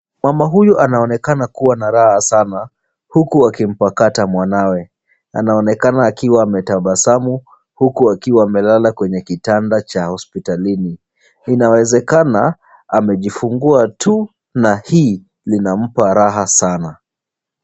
Mama huyu anaonekana akiwa na raha sana huku akimpakata mwanawe. Anaonekana akiwa ametabasamu huku akiwa amelala kwenye kitanda cha hospitalini. Inawezekana amejifungua tu na hii linampa raha sana.